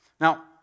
Now